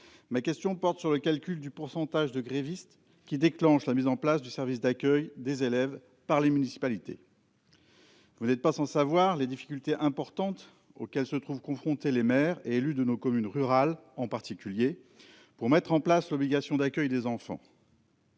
je m'interroge sur le calcul du pourcentage de grévistes qui déclenche le service d'accueil des élèves par les municipalités. Vous n'êtes pas sans savoir les difficultés importantes auxquelles se trouvent confrontés les maires et élus de nos communes- notamment rurales -pour mettre en place l'obligation d'accueil des enfants.